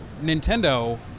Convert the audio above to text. Nintendo